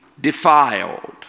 defiled